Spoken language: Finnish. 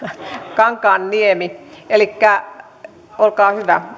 kankaanniemi elikkä olkaa hyvä